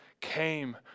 came